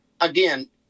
again